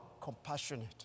compassionate